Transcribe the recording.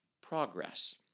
progress